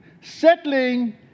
Settling